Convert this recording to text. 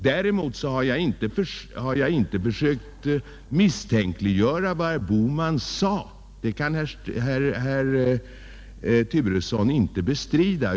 Däremot har jag inte försökt misstänkliggöra vad herr Bohman sade — del kan herr Turesson inte bestrida.